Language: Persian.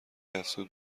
افزود